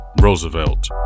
Roosevelt